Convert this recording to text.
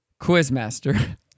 Quizmaster